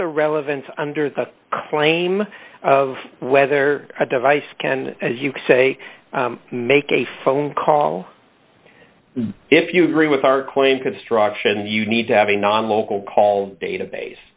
the relevance under the claim of whether a device can as you say make a phone call if you agree with our claim construction you need to have a non local call database